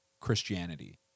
Christianity